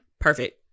Perfect